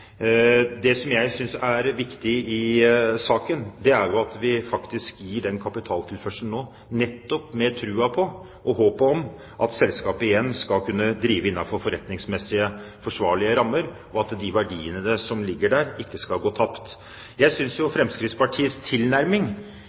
Det som jeg synes er viktig i saken, er at vi faktisk gir den kapitaltilførselen nå, nettopp i troen på og håpet om at selskapet igjen skal kunne drive innenfor forretningsmessig forsvarlige rammer, og at de verdiene som ligger der, ikke skal gå tapt. Jeg synes Fremskrittspartiets tilnærming